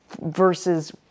versus